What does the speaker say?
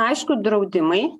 aišku draudimai